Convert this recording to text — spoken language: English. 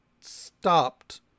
stopped